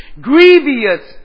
Grievous